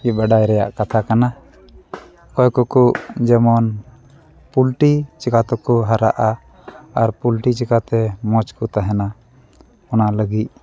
ᱵᱟᱰᱟᱭ ᱨᱮᱭᱟᱜ ᱠᱟᱛᱷᱟ ᱠᱟᱱᱟ ᱚᱠᱚᱭ ᱠᱚᱠᱚ ᱡᱮᱢᱚᱱ ᱯᱚᱞᱴᱨᱤ ᱪᱤᱠᱟᱹᱛᱮᱠᱚ ᱦᱟᱨᱟᱜᱼᱟ ᱟᱨ ᱯᱚᱞᱴᱨᱤ ᱪᱤᱠᱟᱹᱛᱮ ᱢᱚᱡᱽ ᱠᱚ ᱛᱟᱦᱮᱱᱟ ᱚᱱᱟ ᱞᱟᱹᱜᱤᱫ